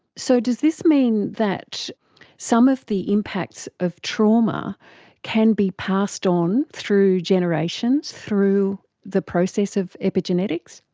so does this mean that some of the impacts of trauma can be passed on through generations through the process of epigenetics?